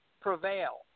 prevail –